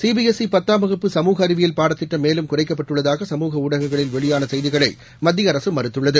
CP S சீபத்தாம் வகுப்பு சமூக அறிவியல் பாடத்திட்டம் மேலும் குறைக்கப்பட்டுள்ளதாக சமூக உளடகங்களில் வெளியானசெய்திகளைமத்தியஅரசுமறுத்துள்ளது